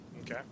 Okay